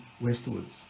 westwards